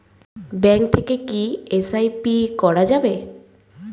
Bank থেকে কী SIP করা যাবে?